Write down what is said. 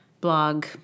blog